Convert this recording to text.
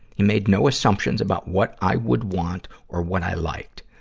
he made no assumptions about what i would want or what i liked.